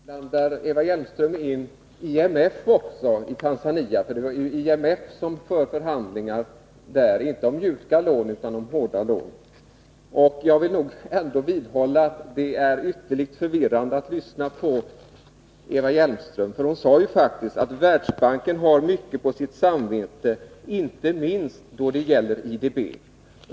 Fru talman! Nu blandar Eva Hjelmström in också IMF i Tanzania. Det var ju IMF som förde förhandlingar där, men inte om mjuka lån utan om hårda. Det är ytterst förvirrande att lyssna på Eva Hjelmström. Hon sade faktiskt att Världsbanken har mycket på sitt samvete, inte minst när det gäller IDB.